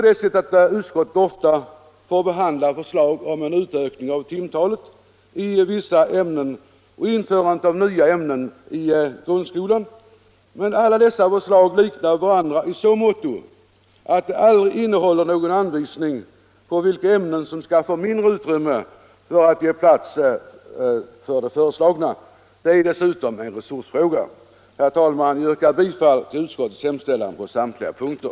Utskottet får ofta behandla förslag om utökning av timtalet i vissa ämnen och om införande av nya ämnen i grundskolan. Alla dessa förslag liknar varandra i så måtto att de aldrig innehåller någon anvisning om vilka ämnen som skall få mindre utrymme för att det skall kunna ge plats åt de föreslagna utökningarna. Detta är dessutom en resursfråga. Herr talman! Jag yrkar bifall till utskottets hemställan på samtliga punkter.